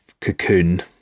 cocoon